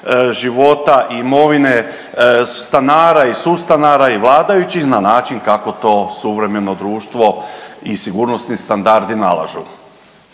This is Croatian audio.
života i imovine stanara i sustanara i vladajućih na način kako to suvremeno društvo i sigurnosni standardi nalažu.